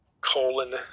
Colon